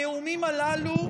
הנאומים הללו,